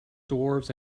dwarves